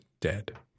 dead